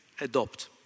adopt